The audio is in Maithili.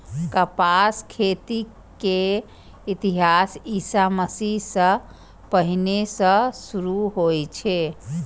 कपासक खेती के इतिहास ईशा मसीह सं पहिने सं शुरू होइ छै